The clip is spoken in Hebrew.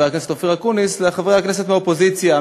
הכנסת אופיר אקוניס לחברי הכנסת מהאופוזיציה,